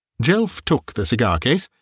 jelf took the cigar-case,